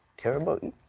care about and